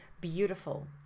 beautiful